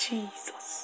Jesus